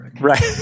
Right